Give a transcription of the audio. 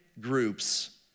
groups